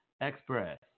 Express